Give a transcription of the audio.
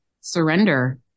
surrender